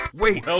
wait